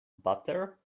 butter